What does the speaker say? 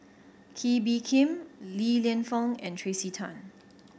Kee Bee Khim Li Lienfung and Tracey Tan